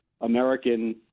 American